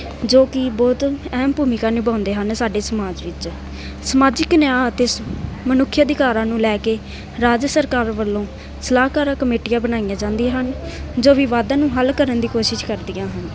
ਜੋ ਕਿ ਬਹੁਤ ਅਹਿਮ ਭੂਮਿਕਾ ਨਿਭਾਉਂਦੇ ਹਨ ਸਾਡੇ ਸਮਾਜ ਵਿੱਚ ਸਮਾਜਿਕ ਨਿਆਂ ਅਤੇ ਸ ਮਨੁੱਖੀ ਅਧਿਕਾਰਾਂ ਨੂੰ ਲੈ ਕੇ ਰਾਜ ਸਰਕਾਰ ਵੱਲੋਂ ਸਲਾਹਕਾਰ ਕਮੇਟੀਆਂ ਬਣਾਈਆਂ ਜਾਂਦੀਆਂ ਹਨ ਜੋ ਵਿਵਾਦਾਂ ਨੂੰ ਹੱਲ ਕਰਨ ਦੀ ਕੋਸ਼ਿਸ਼ ਕਰਦੀਆਂ ਹਨ